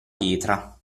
pietra